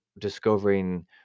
discovering